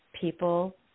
people